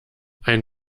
ein